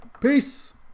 Peace